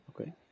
okay